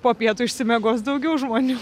po pietų išsimiegos daugiau žmonių